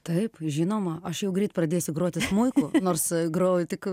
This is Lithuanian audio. taip žinoma aš jau greit pradėsiu groti smuiku nors grojau tik